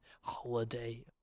holiday